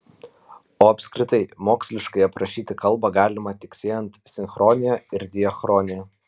o apskritai moksliškai aprašyti kalbą galima tik siejant sinchronija ir diachroniją